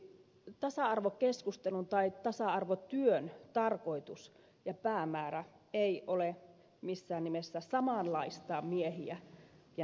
tasa arvokeskustelun tai tasa arvotyön tarkoitus ja päämäärä ei ole missään nimessä samanlaistaa miehiä ja naisia keskenään